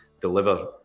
deliver